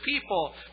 people